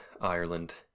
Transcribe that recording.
Ireland